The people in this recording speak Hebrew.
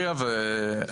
פריפריה ומס שבח לדירה אחרת.